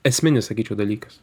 esminis sakyčiau dalykas